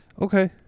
Okay